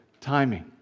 timing